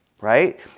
right